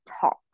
taught